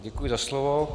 Děkuji za slovo.